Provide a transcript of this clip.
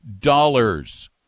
dollars